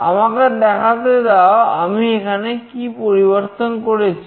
আমাকে দেখাতে দাও আমি এখানে কি পরিবর্তন করেছি